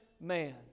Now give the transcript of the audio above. man